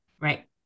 Right